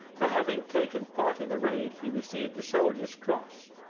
for having taken part in the raid he received a soldier's cross,